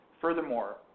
Furthermore